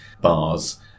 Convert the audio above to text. bars